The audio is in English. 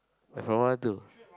I from one one two